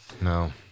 No